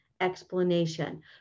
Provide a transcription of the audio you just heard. explanation